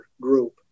Group